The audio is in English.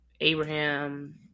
Abraham